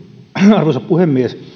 arvoisa puhemies